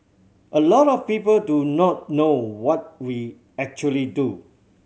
a lot of people do not know what we actually do